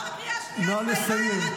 למה קריאה שנייה, זו הערת ביניים.